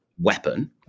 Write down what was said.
weapon